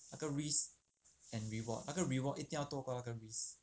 那个 risk and reward 那个 reward 一定要多过那个 risk